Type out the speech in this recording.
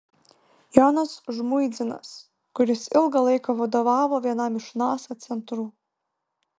jonas žmuidzinas kuris ilgą laiką vadovavo vienam iš nasa centrų